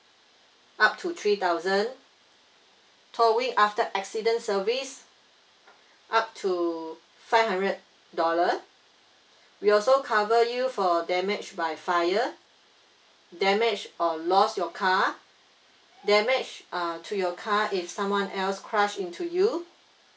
up to three thousand towing after accident service up to five hundred dollar we also cover you for damage by fire damage or lost your car damage uh to your car if someone else crushed into you